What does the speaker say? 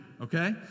Okay